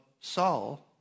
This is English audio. Saul